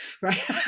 right